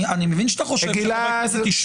אני מבין שאתה חושב שחברי הכנסת --- גלעד,